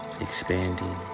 expanding